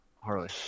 Harley